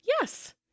Yes